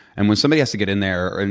and when somebody has to get in there, and,